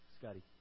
Scotty